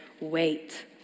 Wait